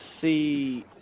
see